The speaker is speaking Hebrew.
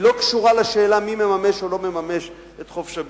היא לא קשורה לשאלה מי מממש או לא מממש את חופש הביטוי.